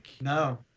No